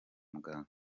muganga